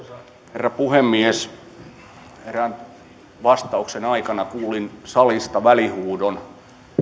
herra puhemies erään vastauksen aikana kuulin salista välihuudon